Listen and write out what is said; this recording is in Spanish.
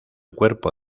cuerpo